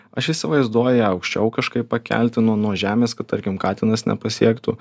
aš įsivaizduoju ją aukščiau kažkaip pakelti nuo nuo žemės kad tarkim katinas nepasiektų